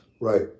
Right